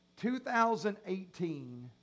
2018